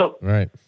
Right